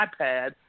iPad